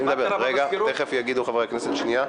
שנייה.